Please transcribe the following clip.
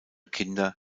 kinder